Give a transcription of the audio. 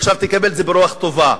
עכשיו תקבל את זה ברוח טובה,